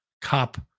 cop